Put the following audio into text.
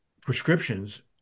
prescriptions